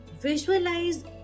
Visualize